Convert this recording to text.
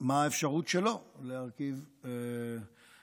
מה האפשרות שלו להרכיב ממשלה.